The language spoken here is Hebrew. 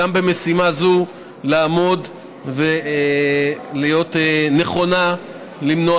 גם במשימה זו לעמוד ולהיות נכונה למנוע